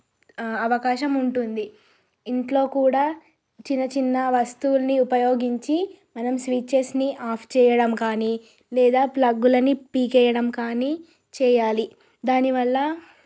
అవకాశం ఉంటుంది ఇంట్లో కూడా చిన్న చిన్న వస్తువులని ల్ని ఉపయోగించి మనం స్విచ్చెస్ని ఆఫ్ చేయడం కానీ లేదా ప్లగ్గులని పీకేయడం కానీ చేయాలి దానివల్ల